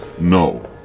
No